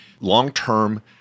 long-term